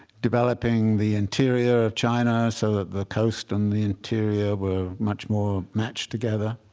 developing the interior of china so that the coast and the interior were much more matched together.